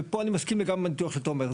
ופה אני מסכים לגמרי עם הניתוח שאתה אומר.